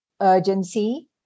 urgency